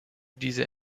diese